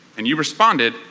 and you responded,